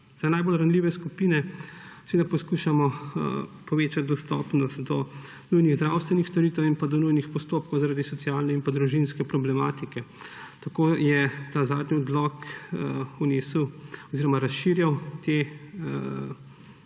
za najbolj ranljive skupine poskušamo povečati dostopnost do nujnih zdravstvenih storitev in do nujnih postopkov zaradi socialne in pa družinske problematike. Tako je ta zadnji odlok razširjal te